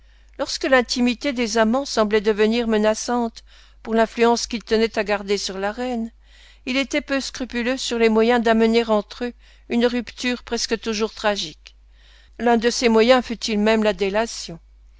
lorsque l'intimité des amants semblait devenir menaçante pour l'influence qu'il tenait à garder sur la reine il était peu scrupuleux sur les moyens d'amener entre eux une rupture presque toujours tragique l'un de ces moyens fût-il même la délation